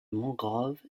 mangroves